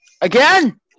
Again